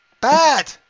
bad